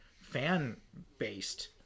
fan-based